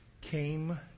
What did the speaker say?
came